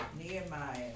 Nehemiah